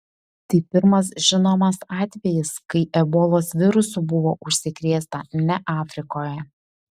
tai pirmas žinomas atvejis kai ebolos virusu buvo užsikrėsta ne afrikoje